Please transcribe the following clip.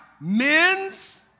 Men's